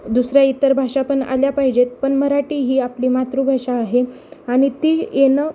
दुसऱ्या इतर भाषा पण आल्या पाहिजेत पण मराठी ही आपली मातृभाषा आहे आणि ती येणं